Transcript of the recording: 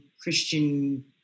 Christian